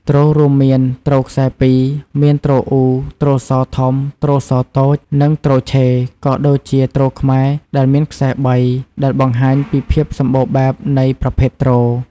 ទ្ររួមមាន ទ្រខ្សែពីរ មាន ទ្រអ៊ូ ទ្រសោធំ ទ្រសោតូច និង ទ្រឆេ ក៏ដូចជា ទ្រខ្មែរ ដែលមានខ្សែបី ដែលបង្ហាញពីភាពសម្បូរបែបនៃប្រភេទទ្រ។